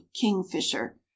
kingfisher